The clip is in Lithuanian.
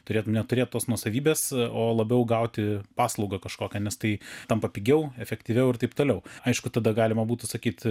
turėtum neturėt tos nuosavybės o labiau gauti paslaugą kažkokią nes tai tampa pigiau efektyviau ir taip toliau aišku tada galima būtų sakyti